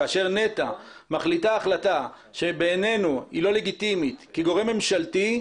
כאשר נת"ע מחליטה החלטה שבעינינו היא לא לגיטימית כגורם ממשלתי,